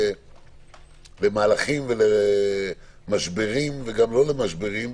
למהלכים ולמשברים, וגם כשאין משברים,